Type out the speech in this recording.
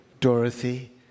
Dorothy